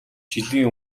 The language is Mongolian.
жилийн